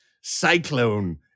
Cyclone